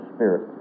Spirit